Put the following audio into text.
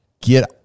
Get